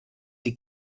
die